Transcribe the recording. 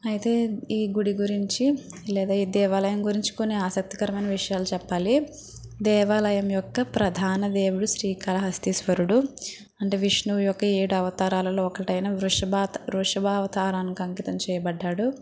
అయితే ఈ గుడి గురించి లేదా ఈ దేవాలయం గురించి కొని ఆసక్తికరమైన విషయాలు చెప్పాలి దేవాలయం యొక్క ప్రధాన దేవుడు శ్రీకాళహస్తీశ్వరుడు అంటే విష్ణువు యొక్క ఏడు అవతారాలలో ఒకటైన వృషభ వృషభ అవతారానికి అంకితం చేయబడ్డాడు